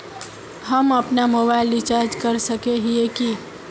हम अपना mobile recharge कर सकय हिये की?